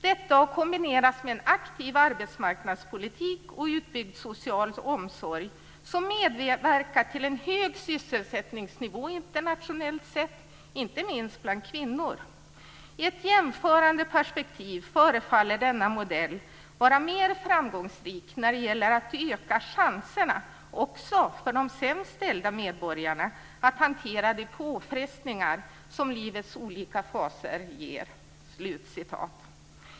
Detta har kombinerats med en aktiv arbetsmarknadspolitik och utbyggd social omsorg som medverkar till en hög sysselsättningsnivå internationellt sett, inte minst bland kvinnor. I ett jämförande perspektiv förefaller denna modell vara mer framgångsrik när det gäller att öka chanserna också för de sämst ställda medborgarna att hantera de påfrestningar som livets olika faser ger."